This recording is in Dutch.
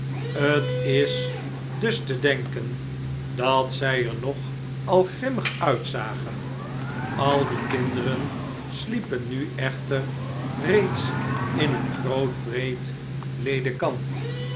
t is dus te denken dat zij er nog al grimmig uitzagen al die kinderen sliepen nu echter reeds in een groot breed ledekant